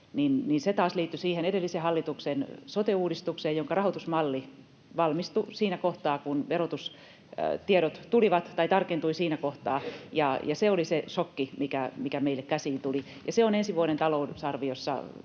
se taas liittyy siihen edellisen hallituksen sote-uudistukseen, jonka rahoitusmalli tarkentui siinä kohtaa, kun verotustiedot tulivat, ja se oli se šokki, mikä meille käsiin tuli. Täällä on se VOSista